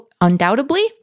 undoubtedly